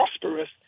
prosperous